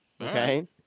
Okay